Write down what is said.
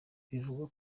bivugwa